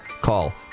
Call